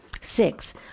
Six